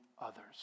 others